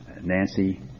Nancy